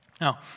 Now